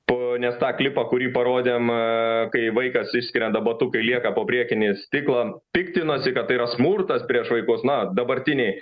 po nes tą klipą kurį parodėm kai vaikas išskrenda batukai lieka po priekiniais stiklą piktinosi kad tai yra smurtas prieš vaikus na dabartiniai